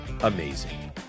amazing